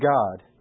God